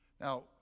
Now